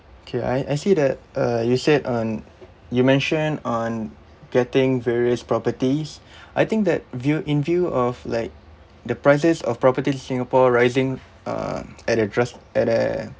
okay I I see that uh you said on you mentioned on getting various properties I think that view in view of like the prices of properties in singapore rising um at a dras~ at a